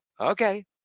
okay